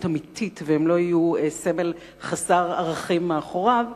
אמיתית והם לא יהיו סמל חסר ערכים מאחוריו,